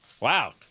Wow